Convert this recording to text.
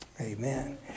amen